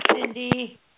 Cindy